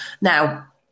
Now